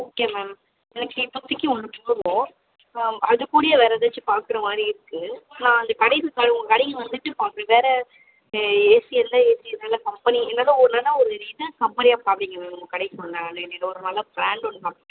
okay ma'am எனக்கு இப்போதிக்கி ஒன்று போதும் ஆ அதுகூடவே வேற ஏதாச்சும் பார்க்குறமாரி இருக்குது நான் அந்த கடைக்கு கா உங்கள் கடைக்கு வந்துட்டு பார்க்குறேன் வேற ஏ ஏசி இருந்தால் ஏசி நல்ல கம்பெனி இல்லைன்னா ஒரு நல்ல ஒரு இது கம்பெனியா பார்ப்பிங்க மேம் உங்கள் கடைக்கு ஒரு நாள் இல்லை ஒரு நல்ல ப்ராண்ட் ஒன்று பார்ப்பிங்க